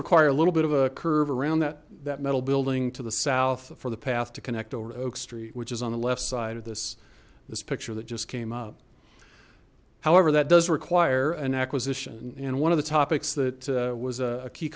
require a little bit of a curve around that that metal building to the south for the path to connect over to oak street which is on the left side of this this picture that just came up however that does require an acquisition and one of the topics that was a key